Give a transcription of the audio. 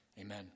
Amen